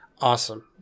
awesome